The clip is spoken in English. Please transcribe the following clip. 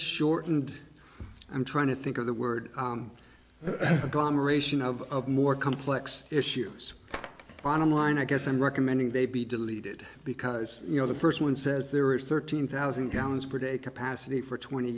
shortened i'm trying to think of the word glamorization of more complex issues bottom line i guess i'm recommending they be deleted because you know the first one says there is thirteen thousand gallons per day capacity for twenty